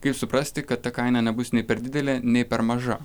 kaip suprasti kad ta kaina nebus nei per didelė nei per maža